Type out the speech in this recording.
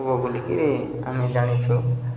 ହୁଏ ବୁଲିକିରି ଆମେ ଜାଣିଛୁ